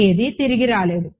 ఏదీ తిరిగి రాలేదు